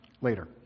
later